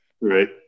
right